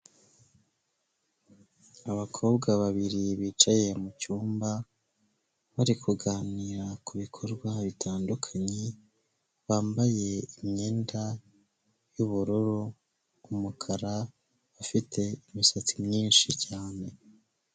Abakobwa babiri bicaye mu cyumba bari kuganira ku bikorwa bitandukanye, bambaye imyenda y'ubururu n'umukara, bafite imisatsi myinshi cyane.